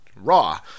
Raw